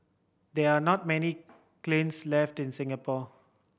there are not many kilns left in Singapore